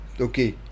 okay